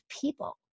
people